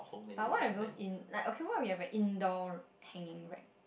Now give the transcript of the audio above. but what are those in okay what if we have those indoor hanging rack